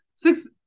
Six